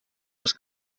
els